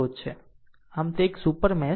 આમ તે એક સુપર મેશ બનાવે છે